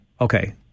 okay